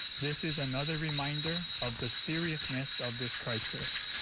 this is another reminder of the seriousness of this crisis,